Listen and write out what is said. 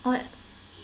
what